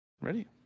Ready